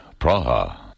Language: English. Praha